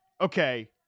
okay